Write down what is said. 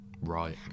Right